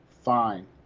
Fine